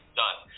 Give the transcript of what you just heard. done